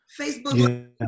Facebook